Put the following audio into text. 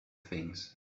things